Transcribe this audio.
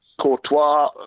Courtois